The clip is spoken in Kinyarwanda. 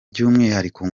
by’umwihariko